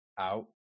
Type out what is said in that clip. out